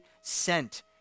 sent